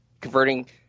converting